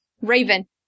Raven